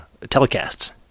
telecasts